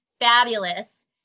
fabulous